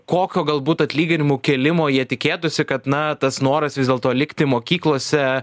kokio galbūt atlyginimų kėlimo jie tikėtųsi kad na tas noras vis dėlto likti mokyklose